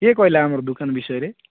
କିଏ କହିଲା ଆମର ଦୋକାନ ବିଷୟରେ